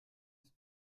ist